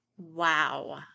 Wow